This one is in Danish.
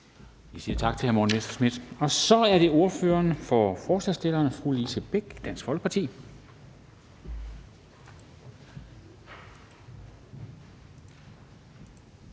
Vi siger tak til Morten Messerschmidt. Så er det ordføreren for forslagsstillerne, fru Lise Bech, Dansk Folkeparti.